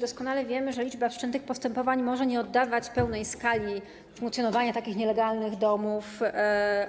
Doskonale wiemy, że liczba wszczętych postępowań może nie oddawać pełnej skali funkcjonowania takich nielegalnych domów